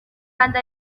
kandi